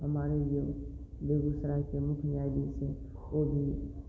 हमारे जो बेगूसराय के मुख्य न्यायाधीश हैं ओ भी